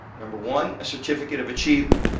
number one, a certificate of achievement,